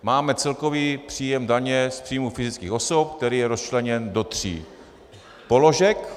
Máme celkový příjem daně z příjmů fyzických osob, který je rozčleněn do tří položek.